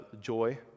joy